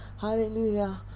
Hallelujah